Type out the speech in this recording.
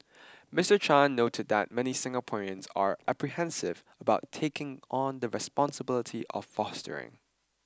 Mister Chan noted that many Singaporeans are apprehensive about taking on the responsibility of fostering